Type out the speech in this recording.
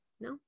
No